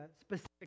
specific